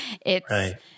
It's-